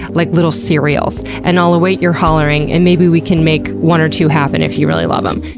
like little cereals, and i'll await your hollerin' and maybe we can make one or two happen if you really love them.